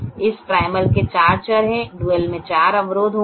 इस प्राइमल के चार चर हैं डुअल में चार अवरोध होंगे